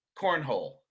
cornhole